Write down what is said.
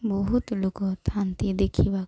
ବହୁତ ଲୋକ ଥାନ୍ତି ଦେଖିବାକୁ